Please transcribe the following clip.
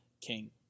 king